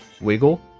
wiggle